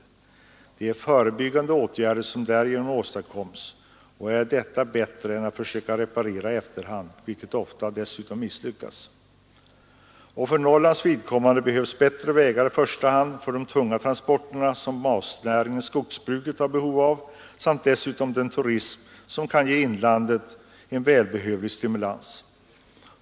Därigenom åstadkoms förebyggande åtgärder, något som är bättre än att försöka reparera i efterhand vilket ofta misslyckas. För Norrlands vidkommande behövs bättre vägar, i första hand för de tunga transporter som basnäringen skogsbruket har behov av och i andra hand för den turism som kan ge inlandet en välbehövlig stimulans.